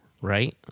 right